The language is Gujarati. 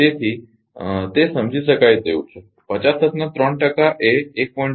તેથી તે સમજી શકાય તેવું છે 50 હર્ટ્ઝના 3 ટકા એ 1